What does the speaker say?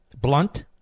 Blunt